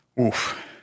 Oof